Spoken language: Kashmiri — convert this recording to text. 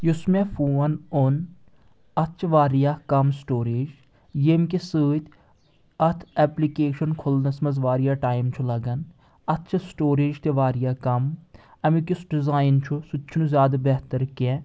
یُس مےٚ فون اوٚن اَتھ چھِ واریاہ کم سٹوریج ییٚمہِ کہِ سۭتۍ اَتھ ایپلِکیشن کھُلنس منٛز واریاہ ٹایم چھُ لگان اتھ چھِ سٹوریج تہِ واریاہ کم امیُک یُس ڈِزایِن چھُ سُہ تہِ چھُنہٕ زیادٕ بہتر کینٛہہ